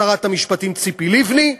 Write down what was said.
שרת המשפטים ציפי לבני.